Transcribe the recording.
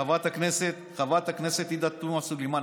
חברת הכנסת עאידה תומא סלימאן,